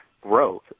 Growth